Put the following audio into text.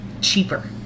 cheaper